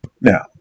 now